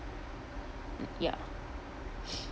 ya